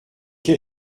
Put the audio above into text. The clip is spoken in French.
quel